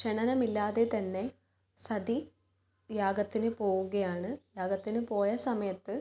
ക്ഷണനമില്ലാതെ തന്നെ സതി യാഗത്തിന് പോവുകയാണ് യാഗത്തിന് പോയ സമയത്ത്